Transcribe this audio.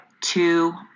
two